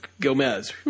Gomez